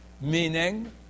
Meaning